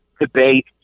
debate